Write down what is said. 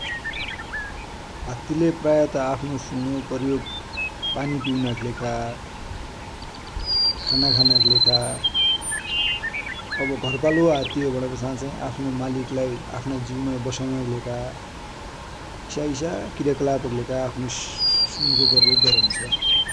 हाति ले प्राय आफ्नो सुड को प्रयोग पानि पिउन कि लेखा, खाना खानाकि लेखा। अब घरपालुवा हाति हो भन्या पछा चाइ आफ्नो मालिक लाइ आफ्ना ज्यु माइ बसौनाकि लेखा इसा इसा क्रियाकलाप कि लेखा आफ्नो सुड को प्रयोग गरन्छ्।